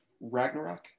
ragnarok